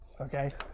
okay